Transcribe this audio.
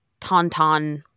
tauntaun